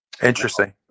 Interesting